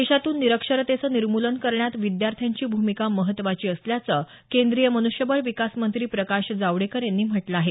देशातून निरक्षरतेचं निर्मूलन करण्यात विद्यार्थांची भूमिका महत्वाची असल्याचं केंद्रीय म्नष्यबळ विकास मंत्री प्रकाश जावडेकर यांनी म्हटलं आहे